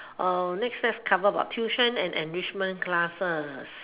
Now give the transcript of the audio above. next card cover about tuition and enrichment classes